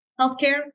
healthcare